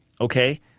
Okay